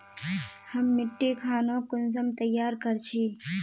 हम मिट्टी खानोक कुंसम तैयार कर छी?